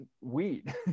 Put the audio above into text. weed